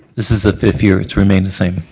this is the fifth year it's remained the same.